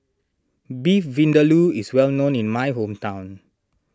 Beef Vindaloo is well known in my hometown